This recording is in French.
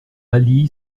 mali